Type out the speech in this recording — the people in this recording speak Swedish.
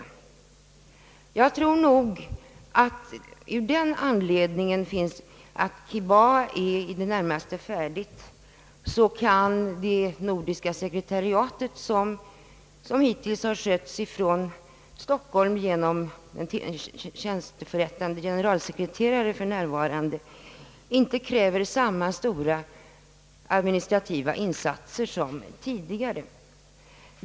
Jag tror att av den anledningen att Kibaha är i det närmaste färdigt kan det nordiska sekretariatet, som hittills har skötts från Stockholm genom en tjänstförrättande generalsekreterare, inte kräva lika stora administrativa insatser som tidigare.